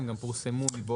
הם גם פורסמו מבעוד מועד.